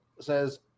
Says